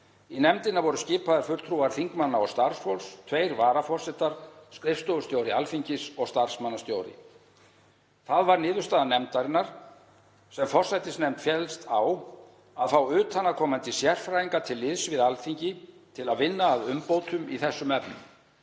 Í nefndina voru skipaðir fulltrúar þingmanna og starfsfólks, tveir varaforsetar, skrifstofustjóri Alþingis og starfsmannastjóri. Það var niðurstaða nefndarinnar, sem forsætisnefnd féllst á, að fá utanaðkomandi sérfræðinga til liðs við Alþingi til að vinna að umbótum í þessum efnum.